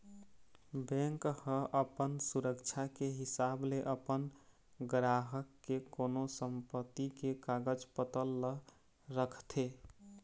bank ह अपन सुरक्छा के हिसाब ले अपन गराहक के कोनो संपत्ति के कागज पतर ल रखथे